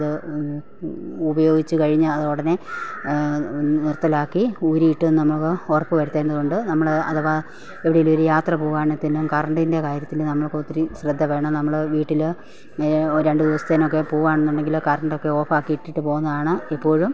അത് ഉപയോഗിചു കഴിഞ്ഞു അത് ഉടനെ നിർത്തലാക്കി ഊരിയിട്ട് നമ്മൾ ഉറപ്പു വരുത്തേണ്ടതുണ്ട് നമ്മൾ അഥവാ എവിടെ എങ്കിലും ഒരു യാത്ര പോവുകയാണേങ്കിൽ തന്നെ കറണ്ടിൻ്റെ കാര്യത്തിൽ നമുക്ക് ഒത്തിരി ശ്രദ്ധ വേണം നമ്മൾ വീട്ടിൽ ഒരു രണ്ടു ദിവസത്തിനൊക്കെ പോവുകയാണെന്നുണ്ടെങ്കൽ കറണ്ട് ഒക്കെ ഓഫ് ആക്കിയിട്ട് പോകുന്നതാണ് എപ്പോഴും